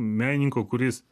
menininko kuris